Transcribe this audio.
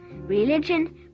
Religion